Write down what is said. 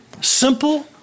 simple